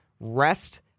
rest